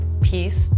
peace